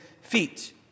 feet